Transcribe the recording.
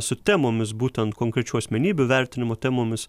su temomis būtent konkrečių asmenybių vertinimo temomis